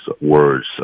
words